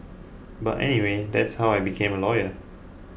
but anyway that's how I became a lawyer